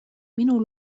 minu